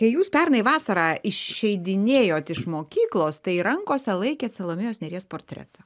tai jūs pernai vasarą išeidinėjot iš mokyklos tai rankose laikėt salomėjos nėries portretą